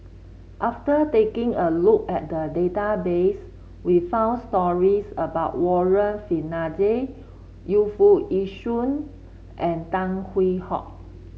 after taking a look at the database we found stories about Warren Fernandez Yu Foo Yee Shoon and Tan Hwee Hock